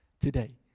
today